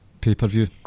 pay-per-view